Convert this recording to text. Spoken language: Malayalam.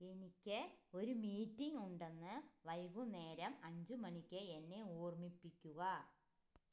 എനിക്ക് ഒരു മീറ്റിംഗ് ഉണ്ടെന്ന് വൈകുന്നേരം അഞ്ച് മണിക്ക് എന്നെ ഓർമ്മിപ്പിക്കുക